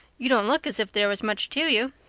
you don't look as if there was much to you.